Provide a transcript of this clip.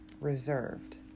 reserved